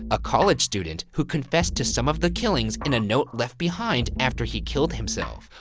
a college student who confessed to some of the killings in a note left behind after he killed himself.